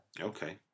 Okay